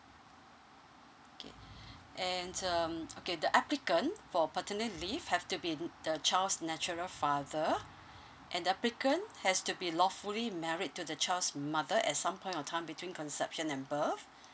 K and um okay the applicant for paternity leave have to be the child's natural father and the applicant has to be lawfully married to the child's mother at some point of time between conception and birth